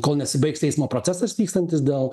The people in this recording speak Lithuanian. kol nesibaigs teismo procesas vykstantis dėl